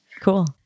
cool